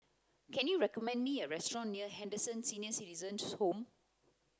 can you recommend me a restaurant near Henderson Senior Citizens' Home